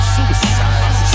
Suicide